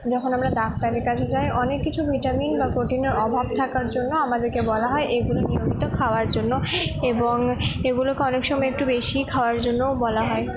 যখন আমরা ডাক্তারের কাছে যাই অনেক কিছু ভিটামিন বা প্রোটিনের অভাব থাকার জন্য আমাদেরকে বলা হয় এগুলো নিয়মিত খাওয়ার জন্য এবং এগুলোকে অনেক সময় একটু বেশিই খাওয়ার জন্যও বলা হয়